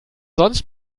sonst